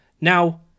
now